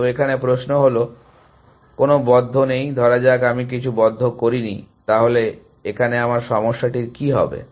তো এখানে প্রশ্ন হলো কোন বদ্ধ নেই ধরা যাক আমি কিছু বদ্ধ করিনি তাহলে এখানে আমার সমস্যাটির কি হবে